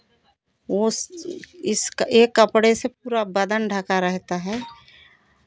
उस इसका ये कपड़े से पूरा बदन ढँका रहता है